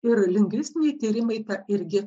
ir lingvistiniai tyrimai tą irgi